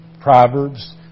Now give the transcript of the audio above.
Proverbs